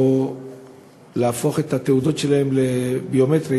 או להפוך את התעודות שלהם לביומטריות?